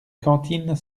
cantine